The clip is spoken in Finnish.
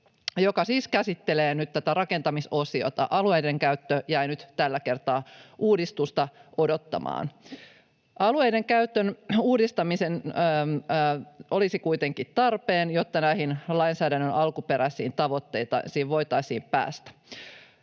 joka siis käsittelee nyt tätä rakentamisosiota — alueiden käyttö jäi nyt tällä kertaa uudistusta odottamaan. Alueiden käytön uudistaminen olisi kuitenkin tarpeen, jotta näihin lainsäädännön alkuperäisiin tavoitteisiin voitaisiin päästä.